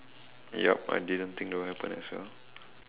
yup I didn't think that will happen as well